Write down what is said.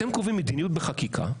כשאתם קובעים מדיניות בחקיקה,